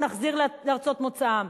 נחזיר לארצות מוצאם.